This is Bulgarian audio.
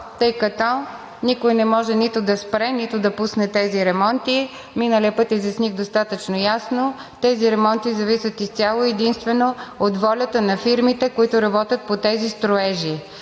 тъй като никой не може нито да спре, нито да пусне тези ремонти. Миналия път изясних достатъчно ясно, че тези ремонти зависят изцяло и единствено от волята на фирмите, които работят по тези строежи,